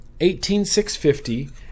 18650